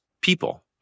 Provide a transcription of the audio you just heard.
people